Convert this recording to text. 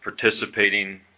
participating